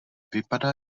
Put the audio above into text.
vypadá